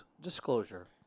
disclosure